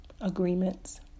agreements